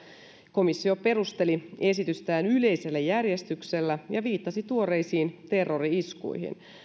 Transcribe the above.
komissio perusteli esitystään yleisellä järjestyksellä ja viittasi tuoreisiin terrori iskuihin